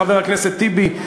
חבר הכנסת טיבי,